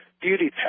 beauty